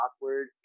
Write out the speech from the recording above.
awkward